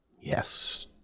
Yes